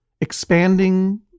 expanding